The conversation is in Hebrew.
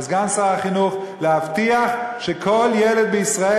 לסגן שר החינוך: להבטיח שכל ילד בישראל